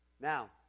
Now